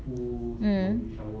mm